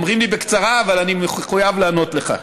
אומרים לי: בקצרה, אבל אני מחויב לענות לך.